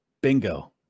bingo